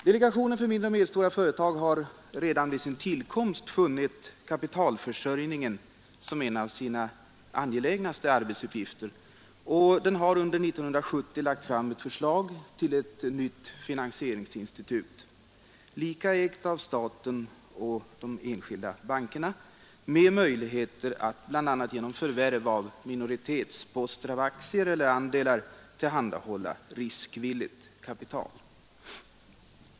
Delegationen för mindre och medelstora företag har redan vid sin tillkomst sett kapitalförsörjningen som en av sina angelägnaste arbetsuppgifter och under 1970 lagt fram ett förslag till ett nytt finansieringsinstitut, lika ägt av staten och de enskilda bankerna, med möjligheter att bland annat genom förvärv av minoritetsposter av aktier eller andelar tillhandahålla riskvilligt kapital.